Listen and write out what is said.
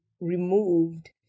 removed